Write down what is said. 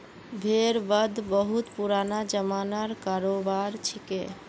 भेड़ वध बहुत पुराना ज़मानार करोबार छिके